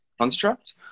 construct